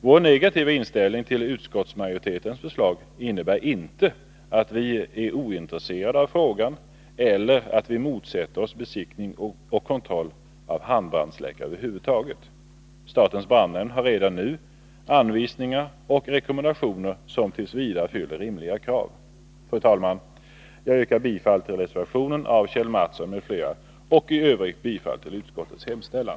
Vår negativa inställning till utskottsmajoritetens förslag innebär inte att vi är ointresserade av frågan eller att vi motsätter oss besiktning och kontroll av handbrandsläckare över huvud taget. Statens brandnämnd har redan nu anvisningar och rekommendationer, som t. v. fyller rimliga krav. Fru talman! Jag yrkar bifall till reservationen av Kjell Mattsson m.fl. och i övrigt bifall till utskottets hemställan.